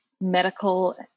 medical